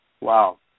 Wow